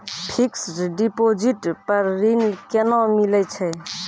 Fixed deposit पर ऋण केना मिलै छै?